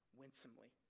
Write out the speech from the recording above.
winsomely